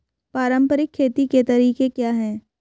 पारंपरिक खेती के तरीके क्या हैं?